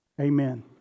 Amen